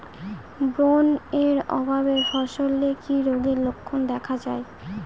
Boron এর অভাবে ফসলে কি রোগের লক্ষণ দেখা যায়?